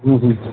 हं हं ह